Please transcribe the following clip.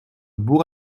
bourg